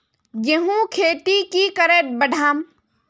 गेंहू खेती की करे बढ़ाम?